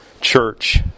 church